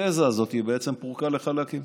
התזה הזאת בעצם פורקה לחלקים.